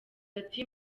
ati